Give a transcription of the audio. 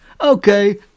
Okay